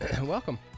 Welcome